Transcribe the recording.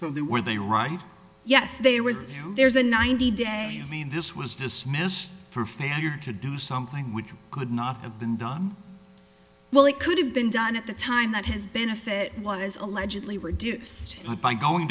so they were they right yes there was you know there's a ninety day i mean this was dismissed for failure to do something which could not have been done well it could have been done at the time that his benefit was allegedly reduced by going